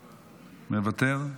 מוותר.